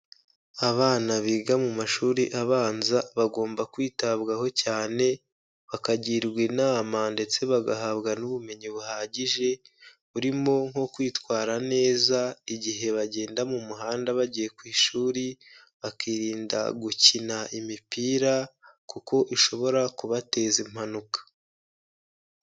Abana biga mu mashuri abanza bagomba kwitabwaho cyane, bakagirwa inama ndetse bagahabwa n'ubumenyi buhagije, burimo nko kwitwara neza igihe bagenda mu muhanda bagiye ku ishuri, bakirinda gukina imipira kuko ishobora kubateza impanuka.